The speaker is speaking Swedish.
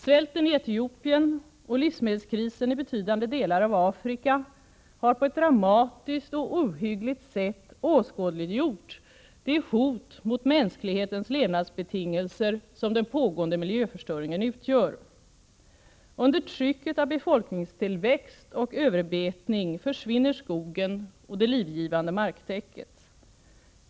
Svälten i Etiopien och livsmedelskrisen i betydande delar av Afrika har på ett dramatiskt och ohyggligt sätt åskådliggjort det hot mot mänsklighetens levnadsbetingelser som den pågående miljöförstöringen utgör. Under trycket av befolkningstillväxt och överbetning försvinner skogen och det livgivande marktäcket.